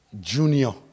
junior